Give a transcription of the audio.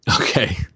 Okay